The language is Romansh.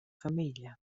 famiglia